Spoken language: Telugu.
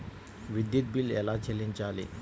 విద్యుత్ బిల్ ఎలా చెల్లించాలి?